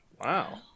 Wow